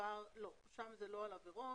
זה לא על עבירות,